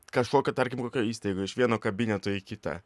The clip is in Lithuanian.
kažkokio tarkim kokioj įstaigoj iš vieno kabineto į kitą